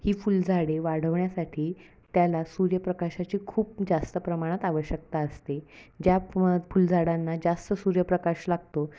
ही फुलझाडे वाढवण्यासाठी त्याला सूर्यप्रकाशाची खूप जास्त प्रमाणात आवश्यकता असते ज्या प फुलझाडांना जास्त सूर्यप्रकाश लागतो